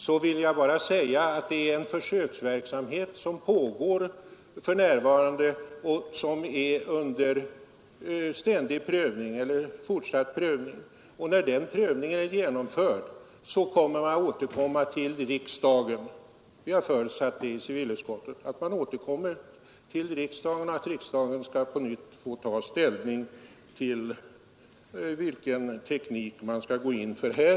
Jag vill då bara säga att det för närvarande pågår en försöksverksamhet varvid kostnadsfrågorna är under fortsatt prövning. När den prövningen är genomförd återkommer frågan om den fortsatta utbyggnaden till riksdagen — det har vi förutsatt i civilutskottet — och riksdagen får då ta ställning till vilken teknik man skall satsa på.